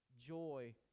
joy